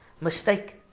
mistake